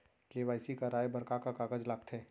KYC कराये बर का का कागज लागथे?